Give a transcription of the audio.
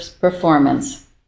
performance